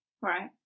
Right